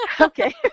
okay